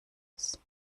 aus